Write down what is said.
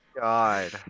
God